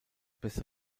bester